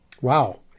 Wow